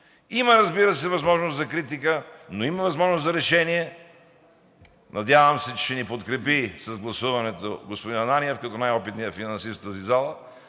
Има, разбира се, възможност за критика, но има възможност за решение. Надявам се, че ще ни подкрепи с гласуването господин Ананиев като най-опитният финансист в тази зала,